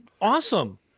awesome